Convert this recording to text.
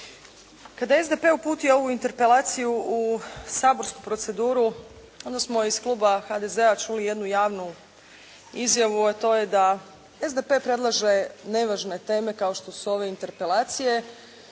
Kada je SDP uputio ovu interpelaciju u saborsku proceduru onda smo iz kluba SDP-a čuli jednu javnu izjavu a to je da SDP predlaže nevažne teme kao što su ove interpelacije